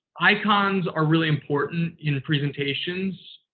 icons are really important in a presentations.